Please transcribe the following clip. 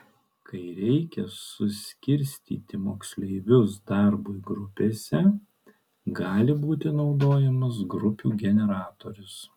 kai reikia suskirstyti moksleivius darbui grupėse gali būti naudojamas grupių generatorius